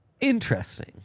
Interesting